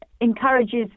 encourages